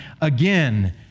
again